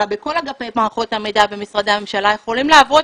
אלא כל אגפי מערכות המידע במשרדי הממשלה יכולים להוות